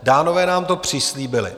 Dánové nám to přislíbili.